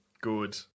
Good